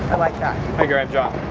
i like that. hi, gary. i'm john.